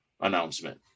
announcement